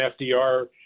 FDR